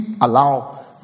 allow